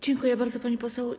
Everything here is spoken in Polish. Dziękuję bardzo, pani poseł.